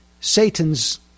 Satan's